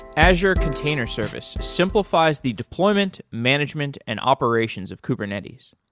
azure container service simplifies the deployment, management and operations of kubernetes.